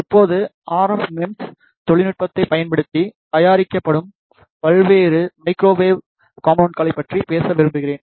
இப்போது RF MEMS தொழில்நுட்பத்தைப் பயன்படுத்தி தயாரிக்கப்படும் பல்வேறு மைக்ரோவேவ் காம்போனென்ட்களை பற்றி பேச விரும்புகிறேன்